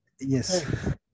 Yes